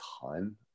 ton